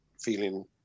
feeling